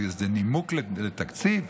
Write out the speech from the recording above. זה נימוק לתקציב?